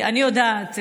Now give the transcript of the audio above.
אני יודעת,